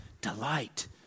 delight